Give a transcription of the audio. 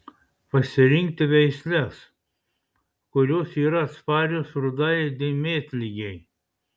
pasirinkti veisles kurios yra atsparios rudajai dėmėtligei